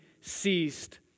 ceased